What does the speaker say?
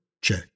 Check